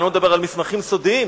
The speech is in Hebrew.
אני לא מדבר על מסמכים סודיים,